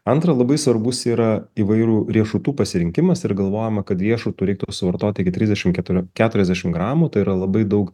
antra labai svarbus yra įvairų riešutų pasirinkimas ir galvojama kad riešutų reiktų suvartot iki trisdešim keturių keturiasdešim gramų tai yra labai daug